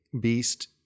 beast